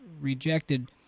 rejected